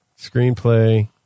Screenplay